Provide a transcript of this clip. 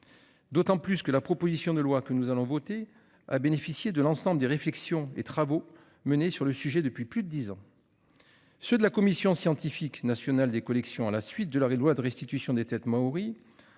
d'autant que la proposition de loi que nous allons voter a bénéficié de l'ensemble des réflexions et travaux menés sur le sujet depuis plus de dix ans. Je pense aux travaux de la Commission scientifique nationale des collections menés à la suite de la loi de restitution des têtes maories,